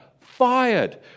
fired